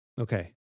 Okay